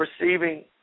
receiving